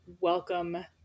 welcome